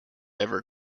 ever